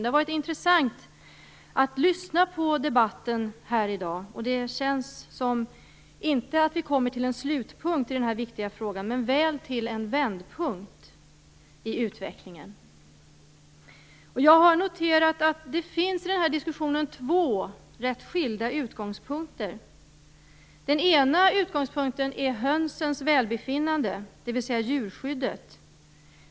Det har varit intressant att lyssna på debatten här i dag, och det känns som att vi inte kommer till en slutpunkt i denna viktiga fråga men väl till en vändpunkt i utvecklingen. Jag har noterat att det i diskussionen finns två, rätt skilda utgångspunkter. Den ena utgångspunkten är hönsens välbefinnande, dvs. djurskyddet.